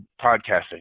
podcasting